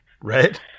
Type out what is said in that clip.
right